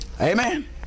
Amen